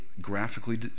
graphically